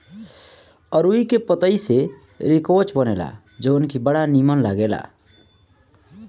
अरुई के पतई से रिकवच बनेला जवन की बड़ा निमन लागेला